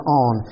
on